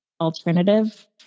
alternative